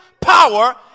power